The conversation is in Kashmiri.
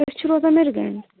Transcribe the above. أسۍ چھِ روزان مِرگَنٛڈِ